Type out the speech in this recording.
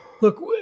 Look